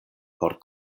por